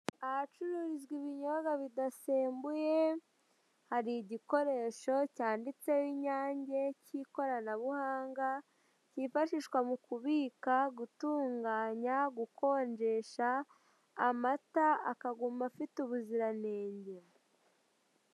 Ahacururizwa ibinyobwa bidasembuye hari igikoresho cyanditseho inyange cy'ikoranabuhanga cyifashishwa mu kubika, gutunganya, gukonjesha amata akaguma afite ubuzirantenge.